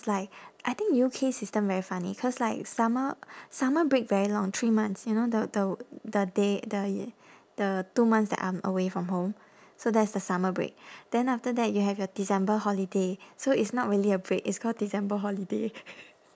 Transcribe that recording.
like I think U_K system very funny cause like summer summer break very long three months you know the the the day the y~ the two months that I'm away from home so that's the summer break then after that you have your december holiday so it's not really a break it's called december holiday